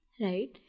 Right